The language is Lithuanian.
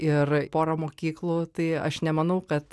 ir porą mokyklų tai aš nemanau kad